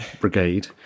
brigade